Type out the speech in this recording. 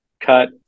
cut